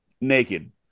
naked